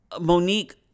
Monique